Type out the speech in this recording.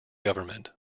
government